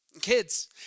Kids